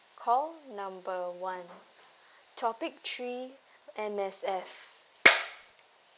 call number one topic three M_S_F